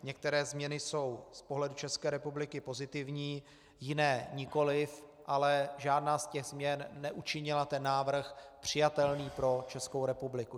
Některé změny jsou z pohledu České republiky pozitivní, jiné nikoliv, ale žádná z těch změn neučinila ten návrh přijatelný pro Českou republiku.